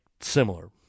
similar